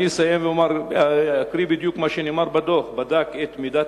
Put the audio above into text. אני אסיים ואקריא בדיוק את מה שנאמר בדוח: הדוח בדק את מידת